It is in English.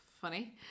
funny